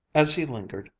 as he lingered,